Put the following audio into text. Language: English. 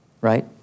right